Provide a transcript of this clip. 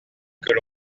que